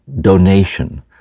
donation